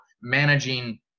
managing